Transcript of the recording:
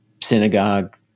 synagogue